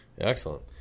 excellent